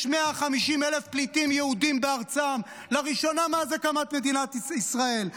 יש 150,000 פליטים יהודים בארצם לראשונה מאז הקמת מדינת ישראל.